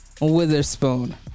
Witherspoon